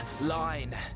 line